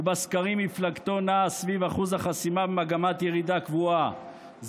ובסקרים מפלגתו נעה סביב אחוז החסימה במגמת ירידה קבועה,